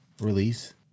release